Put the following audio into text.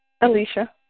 Alicia